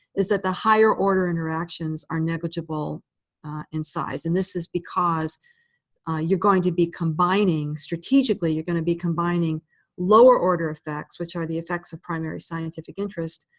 is that the higher-order interactions are negligible in size. and this is because you're going to be combining strategically, you're going to be combining lower-order effects, which are the effects of primary scientific interest,